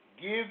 give